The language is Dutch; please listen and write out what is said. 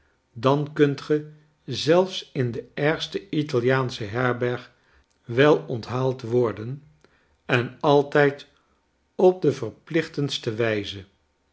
dan kunt ge zelfs in de ergste italiaansche herberg wel onthaald worden en altijd op de verplichtendste wijze